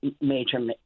major